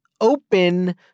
open